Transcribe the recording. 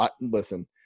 Listen